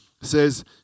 says